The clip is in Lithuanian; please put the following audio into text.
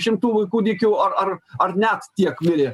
šimtų kūdikių ar ar ar net tiek mirė